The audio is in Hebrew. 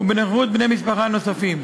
ובנוכחות בני-משפחה נוספים.